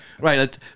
Right